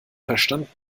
verstanden